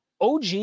OG